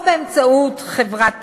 או באמצעות חברת תיווך,